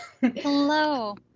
Hello